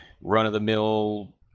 run-of-the-mill